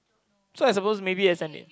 so I suppose maybe as an